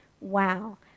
Wow